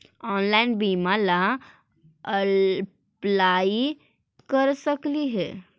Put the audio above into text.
Online बीमा ला apply कर सकली हे?